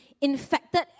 infected